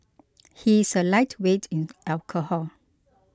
he is a lightweight in alcohol